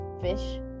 fish